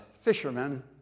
fishermen